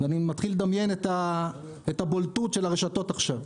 ואני מתחיל לדמיין את הבולטות של הרשתות עכשיו.